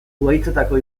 zuhaitzetako